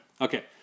Okay